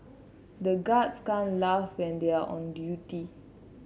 the guards can't laugh when they are on duty